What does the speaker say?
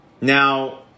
Now